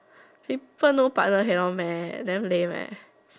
people no partner cannot meh damn lame leh